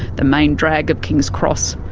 the main drag of kings cross.